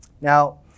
now